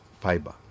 fiber